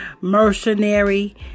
mercenary